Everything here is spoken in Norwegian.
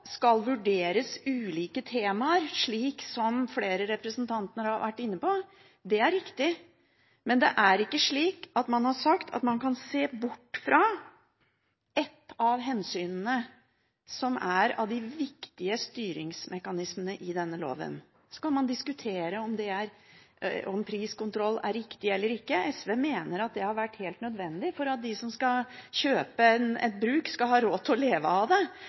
skal vurderes ulike temaer, slik flere representanter har vært inne på – det er riktig – men det er ikke slik at man har sagt at man kan se bort fra et av hensynene som er av de viktige styringsmekanismene i denne loven. Så kan man diskutere om priskontroll er riktig eller ikke. SV mener at det har vært helt nødvendig for at de som skal kjøpe et bruk, skal ha råd til å leve av det,